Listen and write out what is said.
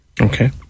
Okay